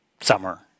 summer